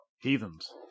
Heathens